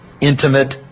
intimate